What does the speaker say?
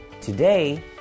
Today